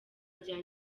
rya